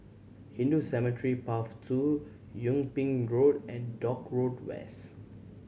Hindu Cemetery Path Two Yung Ping Road and Dock Road West